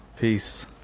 Peace